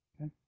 Okay